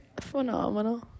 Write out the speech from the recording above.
phenomenal